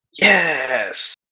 Yes